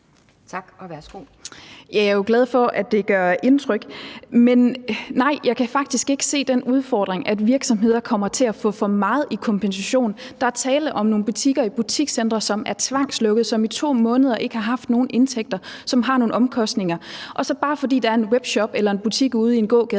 Jeg er jo glad for, at det gør indtryk, men jeg kan faktisk ikke se den udfordring, at virksomheder kommer til at få for meget i kompensation. Der er tale om nogle butikker i butikscentre, som er tvangslukket, som i 2 måneder ikke har haft nogen indtægter, og som har nogle omkostninger. Og bare det, at der er en webshop eller en butik ude i en gågade